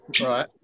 Right